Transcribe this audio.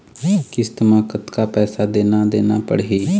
किस्त म कतका पैसा देना देना पड़ही?